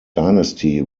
dynasty